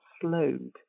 slowed